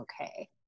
okay